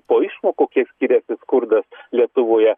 po išmokų kiek skyrėsi skurdas lietuvoje